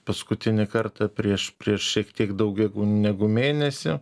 paskutinį kartą prieš prieš šiek tiek daugiau negu mėnesį